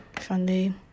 Sunday